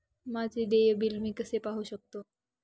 माझे देय बिल मी कसे पाहू शकतो?